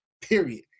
period